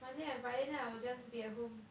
monday and friday then I will just be at home